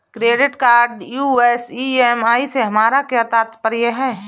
Credit card US EMI से हमारा क्या तात्पर्य है?